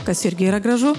kas irgi yra gražu